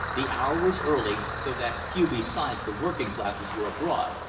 the hour was early, so that few besides the working classes were abroad,